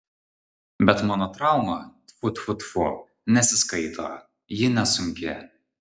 bet mano trauma tfu tfu tfu nesiskaito ji nesunki